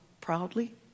proudly